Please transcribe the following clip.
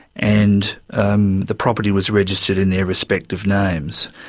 and um the property was registered in their respective names.